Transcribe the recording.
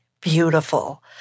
beautiful